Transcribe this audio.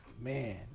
man